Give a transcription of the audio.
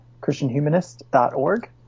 christianhumanist.org